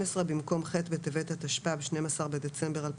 - במקום ח' בטבת התשפ"ב (12 בדצמבר 2021)